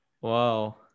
Wow